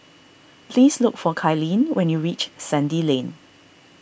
please look for Kylene when you reach Sandy Lane